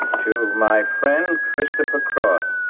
to my friend christopher cross.